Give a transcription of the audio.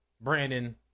Brandon